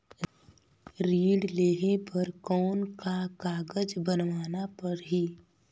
ऋण लेहे बर कौन का कागज बनवाना परही?